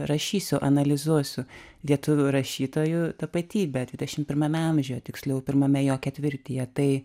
rašysiu analizuosiu lietuvių rašytojų tapatybę dvidešim pirmame amžiuje tiksliau pirmame jo ketvirtyje tai